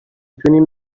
توانیم